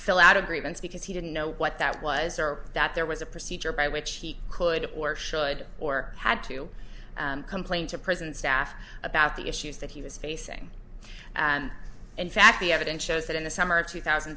fill out a grievance because he didn't know what that was or that there was a procedure by which he could or should or had to complain to prison staff about the issues that he was facing and in fact the evidence shows that in the summer of two thousand